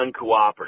uncooperative